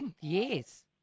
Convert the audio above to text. Yes